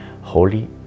Holy